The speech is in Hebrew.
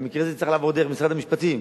והמקרה זה צריך לעבור דרך משרד המשפטים,